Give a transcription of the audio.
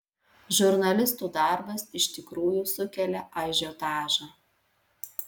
žurnalistų darbas iš tikrųjų sukelia ažiotažą